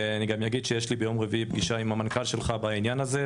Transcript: אני גם אגיד שיש לי ביום רביעי פגישה עם המנכ"ל שלך בעניין הזה,